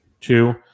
Two